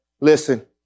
Listen